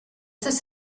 this